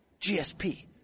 GSP